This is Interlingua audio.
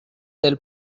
del